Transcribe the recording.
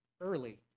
early